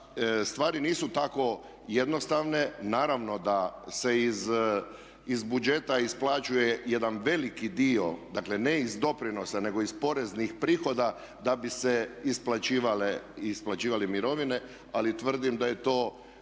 stvari nisu tako jednostavne, naravno da se iz budžeta isplaćuje jedan veliki dio, dakle ne iz doprinosa, nego iz poreznih prihoda da bi se isplaćivale mirovine. Ali tvrdim da je to